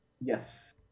Yes